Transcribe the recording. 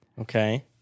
Okay